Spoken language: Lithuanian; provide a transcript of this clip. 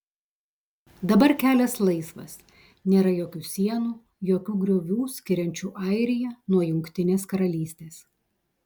dabar kelias laisvas nėra jokių sienų jokių griovių skiriančių airiją nuo jungtinės karalystės